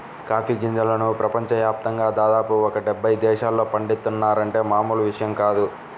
coffee గింజలను ప్రపంచ యాప్తంగా దాదాపు ఒక డెబ్బై దేశాల్లో పండిత్తున్నారంటే మామూలు విషయం కాదు